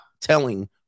telling